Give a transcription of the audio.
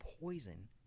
poison